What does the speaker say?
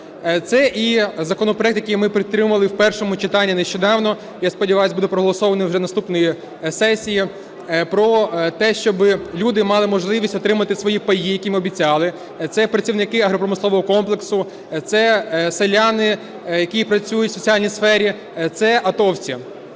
Це і законопроект, який ми підтримали в першому читанні нещодавно, я сподіваюсь, буде проголосований вже наступної сесії, про те, щоби люди мали можливість отримати свої паї, які їм обіцяли. Це працівники агропромислового комплексу, це селяни, які працюють в соціальній сфері, це атовці.